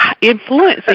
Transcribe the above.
influencing